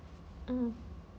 mm